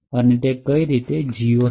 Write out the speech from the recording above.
અને કઈ રીતે GOT વપરાય છે